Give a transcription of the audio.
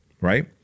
right